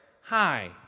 Hi